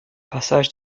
passage